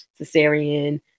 cesarean